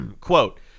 Quote